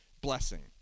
blessing